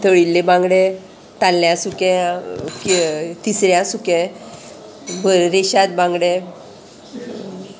तळिल्ले बांगडे ताल्ल्या सुकें तिसऱ्या सुकें ब रेशाद बांगडे